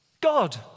God